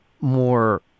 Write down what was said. more